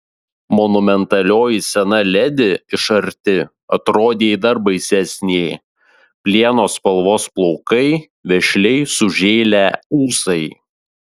monumentalioji sena ledi iš arti atrodė dar baisesnė plieno spalvos plaukai vešliai sužėlę ūsai